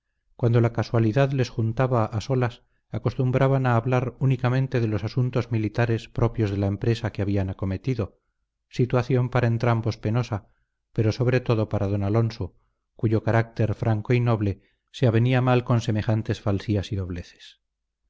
cuando la casualidad les juntaba a solas acostumbraban a hablar únicamente de los asuntos militares propios de la empresa que habían acometido situación para entrambos penosa pero sobre todo para don alonso cuyo carácter franco y noble se avenía mal con semejantes falsías y dobleces